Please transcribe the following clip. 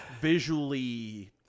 visually